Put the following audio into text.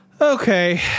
Okay